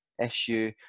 issue